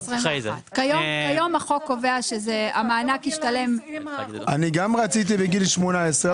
כיום החוק קובע שהמענק ישתלם --- אני גם רציתי מגיל 18,